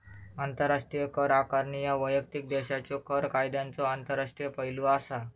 आंतरराष्ट्रीय कर आकारणी ह्या वैयक्तिक देशाच्यो कर कायद्यांचो आंतरराष्ट्रीय पैलू असा